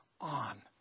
on